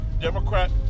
Democrat